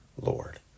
Lord